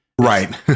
right